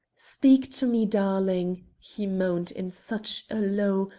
speak to me, darling! he moaned in such a low,